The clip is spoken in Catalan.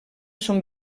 són